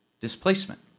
displacement